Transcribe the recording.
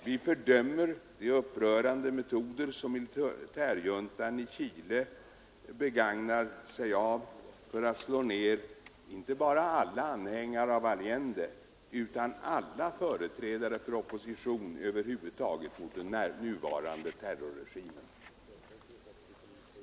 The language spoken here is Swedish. Vi fördömer de upprörande metoder som militärjuntan i Chile begagnar sig av för att slå ned, inte bara alla anhängare av Allende utan alla företrädare för opposition över huvud taget mot den nuvarande terrorregimen.